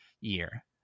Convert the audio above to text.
year